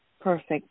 Perfect